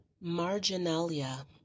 marginalia